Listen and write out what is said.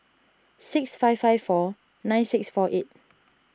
six five five four nine six four eight